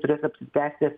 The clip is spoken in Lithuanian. turės apsispręsti